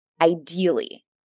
Ideally